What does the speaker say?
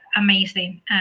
amazing